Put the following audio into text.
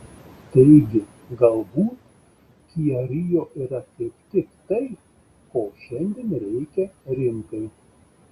taigi galbūt kia rio yra kaip tik tai ko šiandien reikia rinkai